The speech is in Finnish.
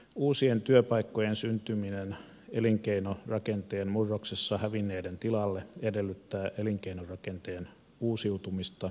uusien työpaikkojen syntyminen elinkeinorakenteen murroksessa hävinneiden tilalle edellyttää elinkeinorakenteen uusiutumista ja panostuksia koulutukseen ja osaamiseen